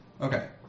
Okay